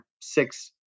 six